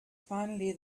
finally